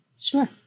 Sure